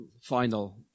final